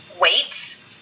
weights